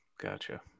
Gotcha